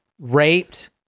raped